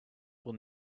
will